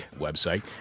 website